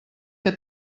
que